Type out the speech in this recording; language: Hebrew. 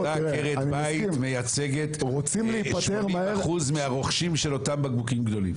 אותה עקרת בית מייצגת 80% מהרוכשים של אותם בקבוקים גדולים.